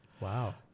Wow